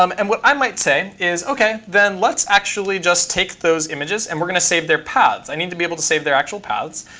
um and what i might say is, ok, then let's actually just take those images, and we're going to save their paths. i need to be able to save their actual paths.